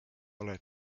oled